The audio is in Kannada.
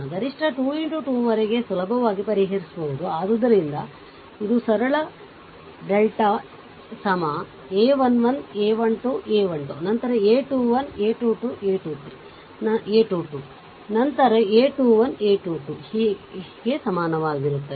ಗರಿಷ್ಠ 2 X 2 ರವರೆಗೆ ಸುಲಭವಾಗಿ ಪರಿಹರಿಸಬಹುದು ಆದ್ದರಿಂದ ಇದು ಸರಳ ಡೆಲ್ಟಾ a 1 1 a 1 2 a 1 2ನಂತರ a 21 a 2 2 a 2 2 ನಂತರ a 2 1 a 2 2 ಗೆ ಸಮಾನವಾಗಿರುತ್ತದೆ